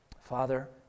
Father